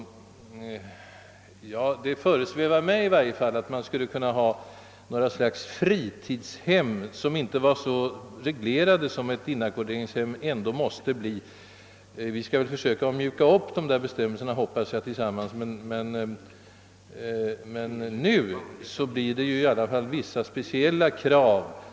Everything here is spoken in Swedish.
Det föresvävar mig att man i varje fall skulle kunna ha något slags fritidshem som inte var så reglerade som ett inackorderingshem ändå måste bli. Jag hoppas att vi tillsammans kan försöka mjuka upp en del av de bestämmelser som gäller för dessa. Men det kvarstår i alla fall behov av vissa speciella krav på dessa hem.